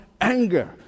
anger